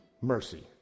mercy